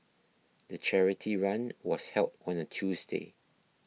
the charity run was held on a Tuesday